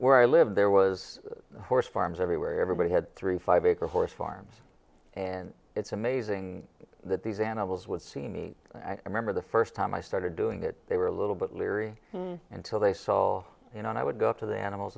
where i live there was a horse farms everywhere everybody had three five acre horse farms and it's amazing that these animals would see me i remember the first time i started doing it they were a little bit leery until they saw you know and i would go up to the animals